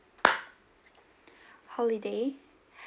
holiday